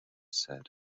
said